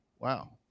Wow